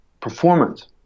performance